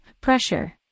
pressure